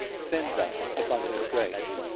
sends us abundant grace,